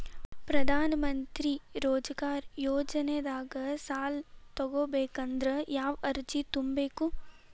ಪ್ರಧಾನಮಂತ್ರಿ ರೋಜಗಾರ್ ಯೋಜನೆದಾಗ ಸಾಲ ತೊಗೋಬೇಕಂದ್ರ ಯಾವ ಅರ್ಜಿ ತುಂಬೇಕು?